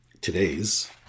today's